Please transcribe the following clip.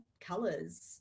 colors